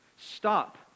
stop